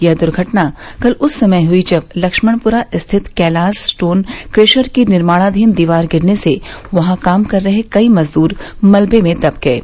यह दुर्घटना कल उस समय हुई जब लक्ष्मणपुरा स्थित कैलाश स्टोन क्रेशर की निर्माणबीन दीवार गिरने से वहां काम कर रहे कई मजदूर मलबे में दब गये